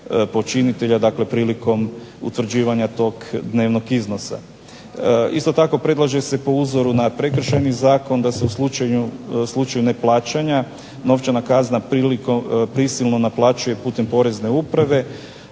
počinitelja dakle prilikom utvrđivanja tog dnevnog iznosa. Isto tako predlaže se po uzoru na prekršajni Zakon da se u slučaju neplaćanja novčana kazna prisilno naplaćuje putem porezne uprave